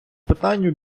питанню